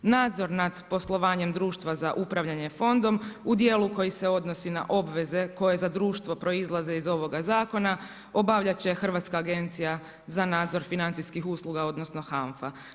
Nadzor nad poslovanjem društva za upravljanje fondom u dijelu koji se odnosi na obveze koje za društvo proizlaze iz ovog zakona, obavljat će Hrvatska agencija za nadzornih financijskih usluga odnosno HANFA.